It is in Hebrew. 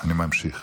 אני ממשיך.